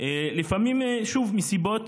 לפעמים מסיבות